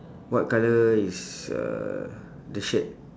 what colour is uh the shirt